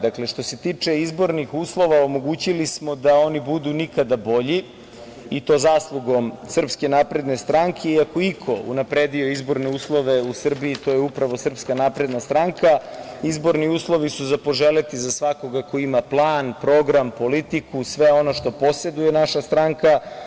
Dakle, što se tiče izbornih uslova, omogućili smo da oni budu nikada bolji i to zaslugom SNS, i ako je iko unapredio uslove u Srbiji, to je upravo SNS, i izborni uslovi su za poželeti za svakoga ko ima plan, program, politiku i sve ono što poseduje naša stranka.